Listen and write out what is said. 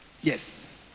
Yes